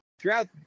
throughout